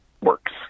works